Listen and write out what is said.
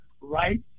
right